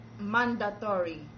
mandatory